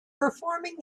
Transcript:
performing